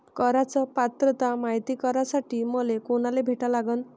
कराच पात्रता मायती करासाठी मले कोनाले भेटा लागन?